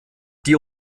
die